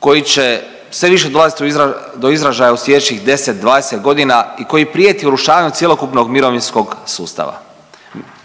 koji će sve više dolaziti do izražaja u slijedećih 10, 20 godina i koji prijeti urušavanjem cjelokupnog mirovinskog sustava.